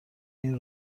این